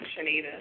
Shanita